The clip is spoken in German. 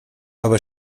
aber